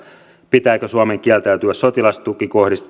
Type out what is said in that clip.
pitääkö suomen kieltäytyä sotilastukikohdista